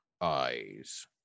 eyes